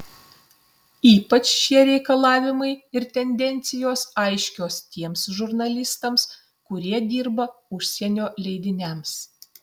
ypač šie reikalavimai ir tendencijos aiškios tiems žurnalistams kurie dirba užsienio leidiniams